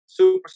superstar